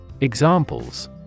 Examples